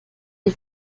die